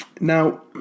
now